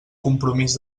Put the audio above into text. compromís